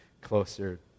closer